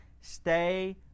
stay